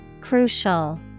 Crucial